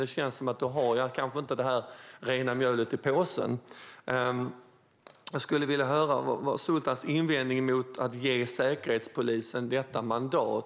Det känns som att man kanske inte har rent mjöl i påsen om man vägrar. Jag skulle vilja höra vad Sultans invändning skulle vara mot att ge Säkerhetspolisen detta mandat.